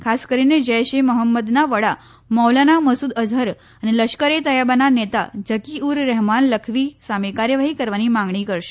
ખાસ કરીને જૈશ એ મહમ્મદના વડા મૌલાના મસુદ અઝહર અને લશ્કર એ તૈયાબાના નેતા ઝકી ઉર રહેમાન લખવી સામે કાર્યવાહી કરવાની માંગણી કરશે